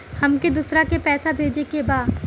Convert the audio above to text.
हमके दोसरा के पैसा भेजे के बा?